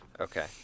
Okay